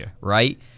right